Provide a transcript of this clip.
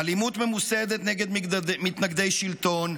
אלימות ממוסדת נגד מתנגדי שלטון,